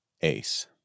ace